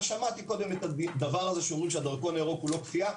ושמעתי קודם שדרכון ירוק הוא לא כפייה.